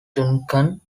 duncan